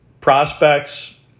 prospects